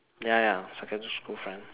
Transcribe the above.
ya ya secondary school friend